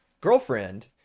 Girlfriend